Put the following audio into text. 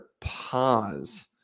pause